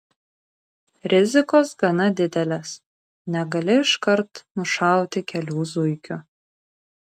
rizikos gana didelės negali iškart nušauti kelių zuikių